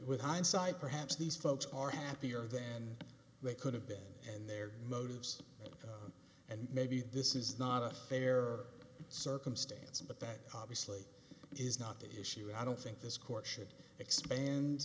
with hindsight perhaps these folks are happier than they could have been and their motives and maybe this is not a fair circumstance but that obviously is not the issue and i don't think this court should expand